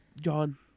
John